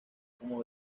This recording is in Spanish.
como